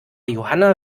johanna